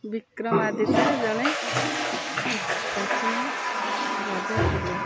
ବିକ୍ରମାଦିତ୍ୟ ଜଣେ ପ୍ରାଚୀନ ରାଜା ଥିଲେ